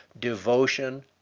devotion